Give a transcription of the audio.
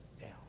down